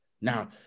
Now